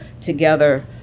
together